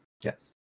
Yes